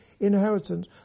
inheritance